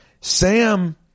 Sam